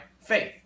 faith